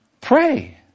pray